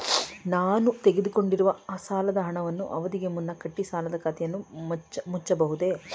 ನಾನು ತೆಗೆದುಕೊಂಡಿರುವ ಸಾಲದ ಹಣವನ್ನು ಅವಧಿಗೆ ಮುನ್ನ ಕಟ್ಟಿ ಸಾಲದ ಖಾತೆಯನ್ನು ಮುಚ್ಚಬಹುದೇ?